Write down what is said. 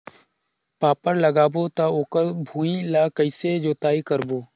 फाफण लगाबो ता ओकर भुईं ला कइसे जोताई करबो?